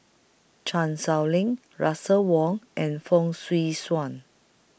Chan Sow Lin Russel Wong and Fong Swee Suan